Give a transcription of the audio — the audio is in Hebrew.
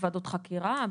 ועדות חקירה,